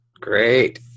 Great